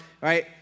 right